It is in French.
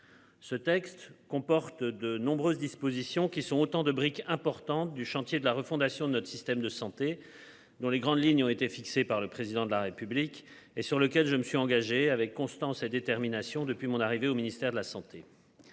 Ce texte comporte de nombreuses dispositions qui sont autant de briques importantes du chantier de la refondation de notre système de santé dans les grandes lignes ont été fixées par le président de la République et sur lequel je me suis engagé avec constance et détermination. Depuis mon arrivée au ministère de la Santé.